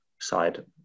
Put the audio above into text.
side